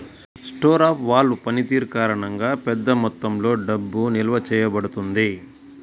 store of value పనితీరు కారణంగా, పెద్ద మొత్తంలో డబ్బు నిల్వ చేయబడుతుంది